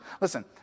Listen